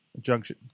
Junction